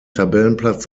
tabellenplatz